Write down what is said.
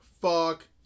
fuck